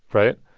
right?